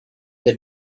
the